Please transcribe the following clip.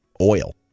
oil